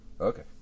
okay